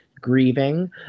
grieving